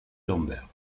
lambert